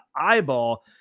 eyeball